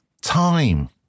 time